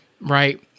right